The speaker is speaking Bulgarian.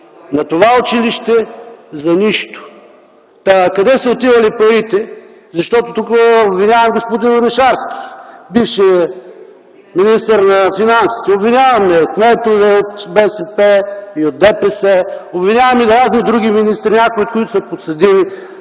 на това училище за нищо! Къде са отивали парите?! Тук обвинявам господин Орешарски – бившият министър на финансите. Обвиняваме и кметове от БСП и ДПС. Обвиняваме и разни други министри, някои от които са подсъдими,